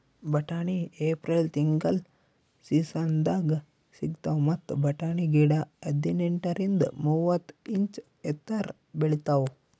ಬಟಾಣಿ ಏಪ್ರಿಲ್ ತಿಂಗಳ್ ಸೀಸನ್ದಾಗ್ ಸಿಗ್ತಾವ್ ಮತ್ತ್ ಬಟಾಣಿ ಗಿಡ ಹದಿನೆಂಟರಿಂದ್ ಮೂವತ್ತ್ ಇಂಚ್ ಎತ್ತರ್ ಬೆಳಿತಾವ್